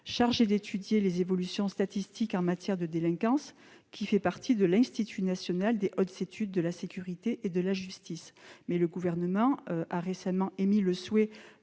chargé d'étudier les évolutions statistiques en matière de délinquance au sein de l'Institut national des hautes études de la sécurité et de la justice, mais le Gouvernement a récemment émis le souhait